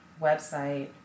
website